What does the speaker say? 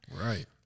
right